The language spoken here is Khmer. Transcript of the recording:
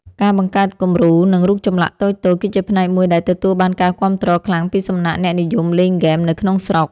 ការបង្កើតគំរូ និង រូបចម្លាក់តូចៗ គឺជាផ្នែកមួយដែលទទួលបានការគាំទ្រខ្លាំងពីសំណាក់អ្នកនិយមលេងហ្គេមនៅក្នុងស្រុក។